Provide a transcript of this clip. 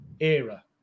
era